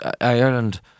Ireland